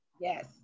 Yes